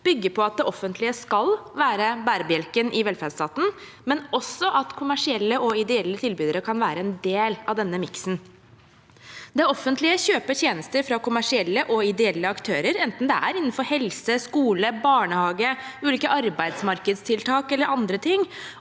bygger på at det offentlige skal være bærebjelken i velferdsstaten, men også på at kommersielle og ideelle tilbydere kan være en del av denne miksen. Det offentlige kjøper tjenester fra kommersielle og ideelle aktører, enten det er innenfor helse, skole, barnehage, ulike arbeidsmarkedstiltak eller andre ting,